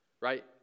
right